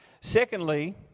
Secondly